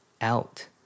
out